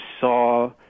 saw